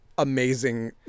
Amazing